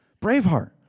Braveheart